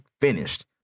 finished